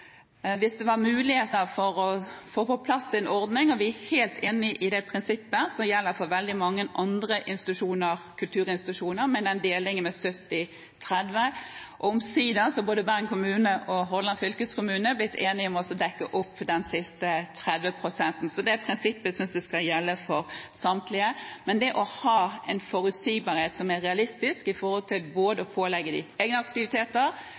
Hvis det var muligheter for å få på plass en ordning, er vi helt enig i det prinsippet som gjelder for veldig mange andre kulturinstitusjoner, om 70/30-deling. Omsider har både Bergen kommune og Hordaland fylkeskommune blitt enige om å dekke opp den siste 30 pst.-en. Det prinsippet synes jeg skal gjelde for samtlige. Det gjelder å ha en forutsigbarhet som er realistisk med hensyn til å pålegge dem egenaktiviteter, men at de